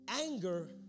anger